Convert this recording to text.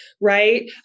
right